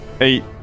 Eight